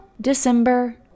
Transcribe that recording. December